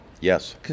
Yes